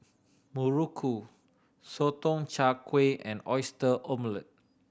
muruku Sotong Char Kway and Oyster Omelette